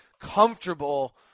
comfortable